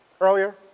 earlier